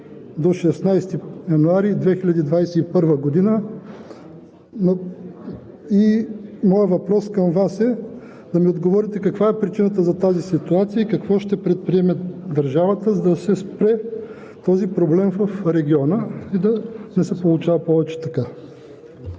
до 16 януари 2021 г. Моят въпрос към Вас е: каква е причината за тази ситуация и какво ще предприеме държавата, за да спре този проблем в региона и да не се получава повече така?